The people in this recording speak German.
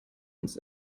uns